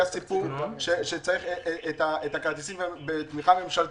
היה סיפור שצריך את הכרטיסים בתמיכה ממשלתית.